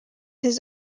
his